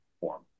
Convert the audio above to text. form